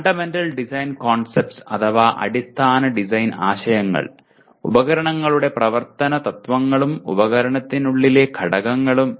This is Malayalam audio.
ഫണ്ടമെന്റൽ ഡിസൈൻ കോൺസെപ്റ്റസ് അഥവാ അടിസ്ഥാന ഡിസൈൻ ആശയങ്ങൾ ഉപകരണങ്ങളുടെ പ്രവർത്തന തത്വങ്ങളും ഉപകരണത്തിനുള്ളിലെ ഘടകങ്ങളും